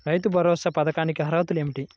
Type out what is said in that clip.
రైతు భరోసా పథకానికి అర్హతలు ఏమిటీ?